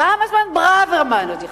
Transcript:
כמה זמן ברוורמן עוד יחכה?